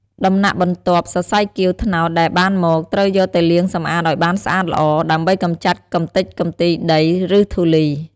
ដំណាក់់បន្ទាប់ សរសៃគាវត្នោតដែលបានមក ត្រូវយកទៅលាងសម្អាតឲ្យបានស្អាតល្អ ដើម្បីកម្ចាត់កម្ទេចកំទីដី ឬធូលី។